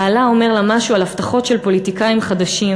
בעלה אומר לה משהו על הבטחות של פוליטיקאים חדשים,